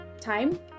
time